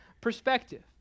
perspective